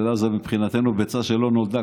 אתה יודע, מבחינתנו זו ביצה שעוד לא נולדה.